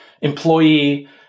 employee